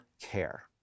care